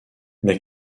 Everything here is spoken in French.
mais